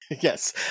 yes